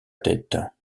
tête